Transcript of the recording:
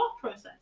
process